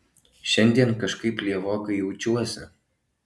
šiandien kažkaip lievokai jaučiuosi